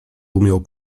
umiał